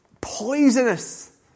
poisonous